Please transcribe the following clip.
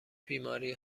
بیماری